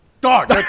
Dog